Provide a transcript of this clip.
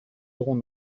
aurons